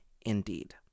indeed